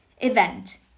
Event